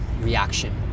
reaction